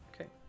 Okay